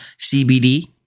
CBD